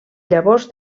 llavors